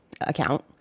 account